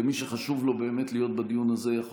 ומי שחשוב לו באמת להיות בדיון הזה יכול